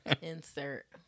Insert